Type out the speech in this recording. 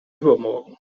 übermorgen